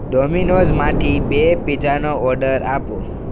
ડોમિનોઝમાંથી બે પિઝાનો ઓર્ડર આપો